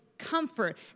comfort